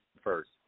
first